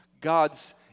God's